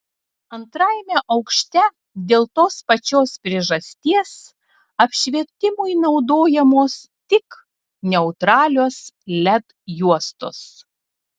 antrajame aukšte dėl tos pačios priežasties apšvietimui naudojamos tik neutralios led juostos